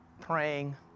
praying